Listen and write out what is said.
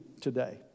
today